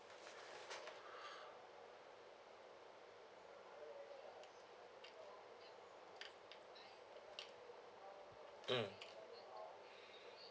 mm